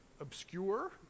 obscure